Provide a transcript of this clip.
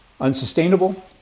unsustainable